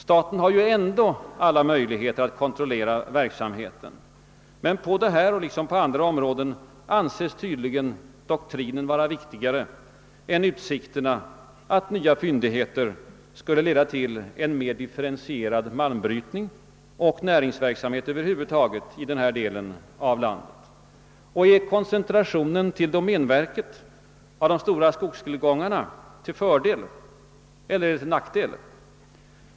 Staten har ju ändå alla möjligheter att kontrollera verksamheten, men på detta liksom på andra områden anses tydligen doktrinen vara viktigare än utsikterna att nya fyndigheter skulle leda till en mer differentierad malmbrytning och näringsverksamhet över huvud taget i denna del av landet. Och är koncentrationen av de stora skogstillgångarna till domänverket till fördel eller nackdel?